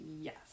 yes